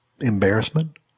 embarrassment